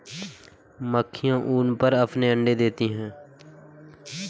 मक्खियाँ ऊन पर अपने अंडे देती हैं